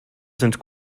sind